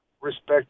Respect